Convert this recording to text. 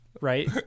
right